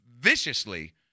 viciously